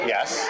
Yes